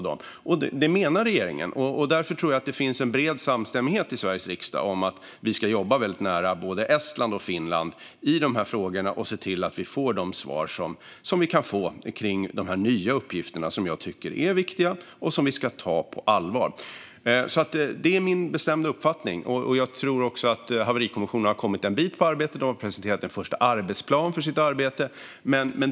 Detta menar regeringen, och därför tror jag att det finns en bred samstämmighet i Sveriges riksdag om att vi ska jobba nära både Estland och Finland i dessa frågor och se till att vi får de svar vi kan få kring de nya uppgifterna, som jag tycker är viktiga och som vi ska ta på allvar. Detta är min bestämda uppfattning, och jag tror också att Haverikommissionen har kommit en bit med arbetet. De har presenterat en första arbetsplan.